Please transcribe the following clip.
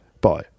Bye